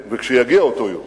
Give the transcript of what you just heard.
וכשיגיע אותו יום